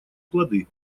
плоды